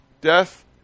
death